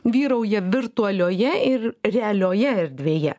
vyrauja virtualioje ir realioje erdvėje